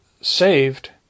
saved